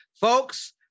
Folks